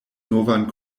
novan